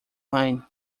line